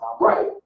right